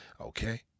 okay